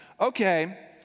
Okay